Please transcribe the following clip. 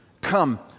Come